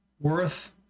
worth